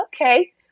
okay